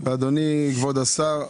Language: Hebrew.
אדוני השר,